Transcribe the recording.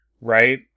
right